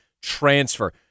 transfer